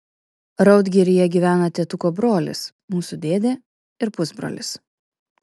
raudgiryje gyvena tėtuko brolis mūsų dėdė ir pusbrolis